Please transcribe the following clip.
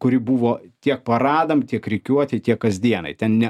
kuri buvo tiek paradam tiek rikiuotei tiek kasdienai ten ne